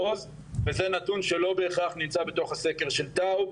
--- וזה נתון שלא בהכרח נמצא בתוך הסקר של טאוב,